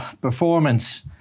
performance